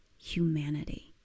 humanity